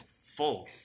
full